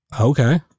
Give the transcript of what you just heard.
Okay